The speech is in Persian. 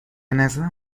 نظرم